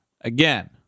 again